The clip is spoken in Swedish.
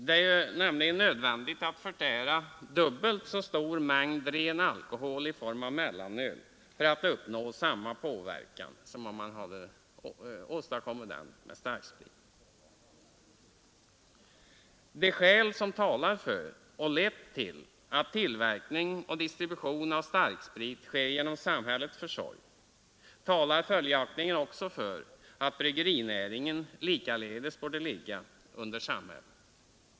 Det är nämligen nödvändigt att förtära dubbelt så stor mängd ren alkohol i form av mellanöl för att uppnå samma påverkan som med starksprit. De skäl som talat för och lett till att tillverkning och distribution av starksprit sker genom samhällets försorg talar följaktligen också för att bryggerinäringen borde ligga under samhället.